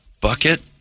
bucket